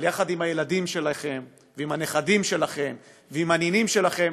אבל גם יחד עם הילדים שלכם ועם הנכדים שלכם ועם הנינים שלכם,